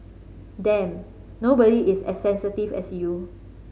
damn nobody is as sensitive as you